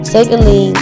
Secondly